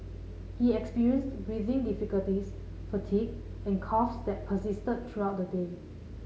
he experienced breathing difficulties fatigue and coughs that persisted throughout the day